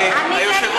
היושב-ראש,